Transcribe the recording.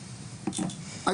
בעצם?